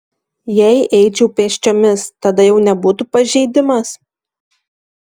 jei eičiau pėsčiomis tada jau nebūtų pažeidimas